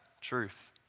truth